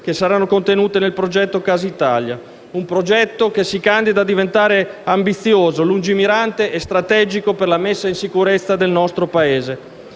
delle scelte future del progetto Casa Italia: un progetto che si candida a diventare ambizioso, lungimirante e strategico per la sicurezza del nostro Paese.